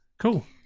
Cool